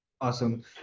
Awesome